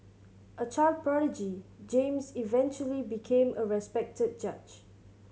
a child prodigy James eventually became a respected judge